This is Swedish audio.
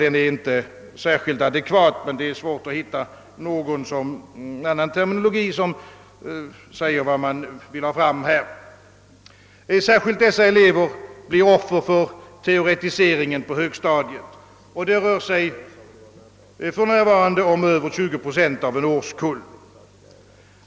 Den är inte särskilt adekvat, men det är svårt att finna någon annan terminologi som anger vad man vill ha fram. Särskilt dessa elever blir offer för teoretiseringar av högstadiet, och det rör sig för närvarande om över 20 procent av en årskull.